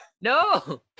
No